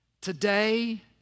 Today